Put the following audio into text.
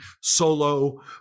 solo